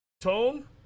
Tone